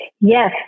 Yes